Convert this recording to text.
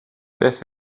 beth